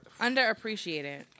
Underappreciated